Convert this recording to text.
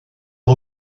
est